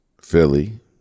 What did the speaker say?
Philly